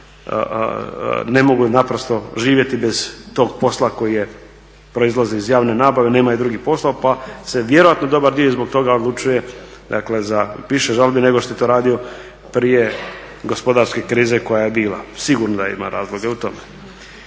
ne mogu naprosto živjeti bez tog posla koji proizlazi iz javne nabave, nemaju drugi posla pa se vjerojatno dobar dio i zbog toga odlučuje, dakle za više žalbi nego što je to radio prije gospodarske krize koja je bila, sigurno da ima razloga i u tome.